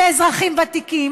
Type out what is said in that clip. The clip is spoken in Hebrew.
לאזרחים ותיקים,